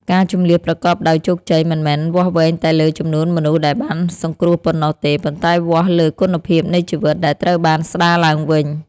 ការជម្លៀសប្រកបដោយជោគជ័យមិនមែនវាស់វែងតែលើចំនួនមនុស្សដែលបានសង្គ្រោះប៉ុណ្ណោះទេ ប៉ុន្តែវាស់លើគុណភាពនៃជីវិតដែលត្រូវបានស្តារឡើងវិញ។